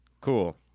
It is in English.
Cool